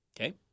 Okay